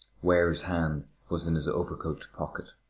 ware's hand was in his overcoat pocket.